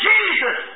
Jesus